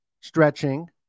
stretching